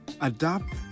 Adopt